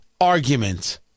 argument